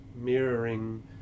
mirroring